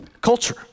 Culture